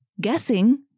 guessing